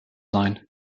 sein